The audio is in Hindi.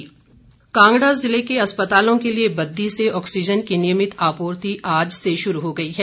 कांगड़ा ऑक्सीज़न कांगड़ा ज़िले के अस्पतालों के लिए बददी से ऑक्सीज़न की नियमित आपूर्ति आज से शुरू हो गई है